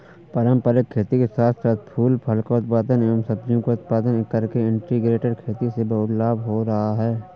पारंपरिक खेती के साथ साथ फूल फल का उत्पादन एवं सब्जियों का उत्पादन करके इंटीग्रेटेड खेती से बहुत लाभ हो रहा है